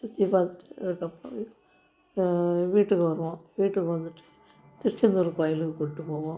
சுற்றி பார்த்துட்டு அதுக்கப்புறம் வீட்டுக்கு வருவோம் வீட்டுக்கு வந்துவிட்டு திருச்செந்தூர் கோயிலுக்கு கூட்டு போவோம்